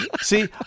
See